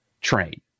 train